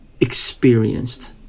experienced